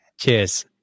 Cheers